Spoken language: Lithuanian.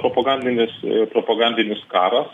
propagandinius propagandinius karo